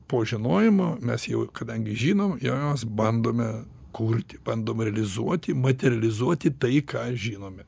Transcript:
po žinojimo mes jau kadangi žinom jau mes bandome kurti bandom realizuoti materializuoti tai ką žinome